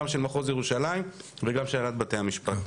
גם של מחוז ירושלים וגם של הנהלת בתי המשפט,